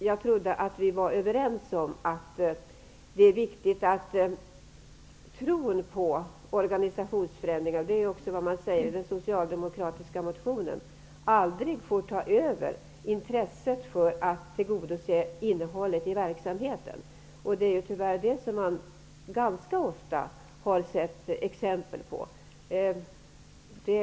Jag trodde dock att vi var överens om att det är viktigt att tron på organisationsförändringar -- vilket också sägs i den socialdemokratiska motionen -- aldrig får ta över intresset för att tillgodose innehållet i verksamheten. Man har tyvärr ganska ofta sett exempel på sådant.